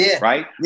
right